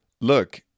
look